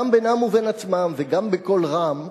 גם בינם ובין עצמם וגם בקול רם,